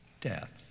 death